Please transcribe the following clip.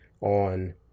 on